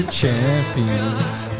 champions